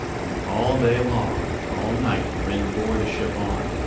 and all day long and all night the wind bore the ship on,